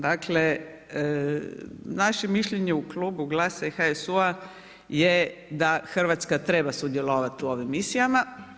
Dakle, našem mišljenju u Klubu GLAS-a i HSU-a je da Hrvatska treba sudjelovati u ovim misijama.